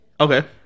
okay